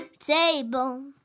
Table